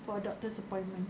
for doctor's appointment